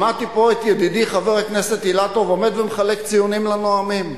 שמעתי פה את ידידי חבר הכנסת אילטוב עומד ומחלק ציונים לנואמים.